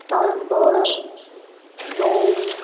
સાઉઝ berg Rome